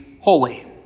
holy